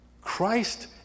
Christ